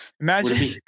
Imagine